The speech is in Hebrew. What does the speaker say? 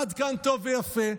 עד כאן, טוב ויפה.